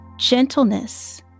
Gentleness